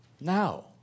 Now